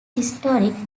historic